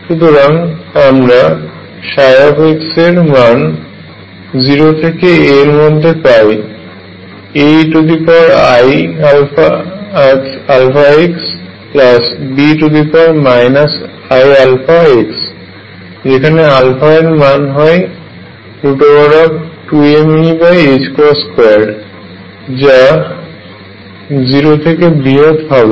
সুতরাং আমরা x এর মান 0 থেকে a এর মধ্যে পাই AeiαxBe iαx যেখানে α এর মান হয় 2mE2 যা 0 থেকে বৃহৎ হবে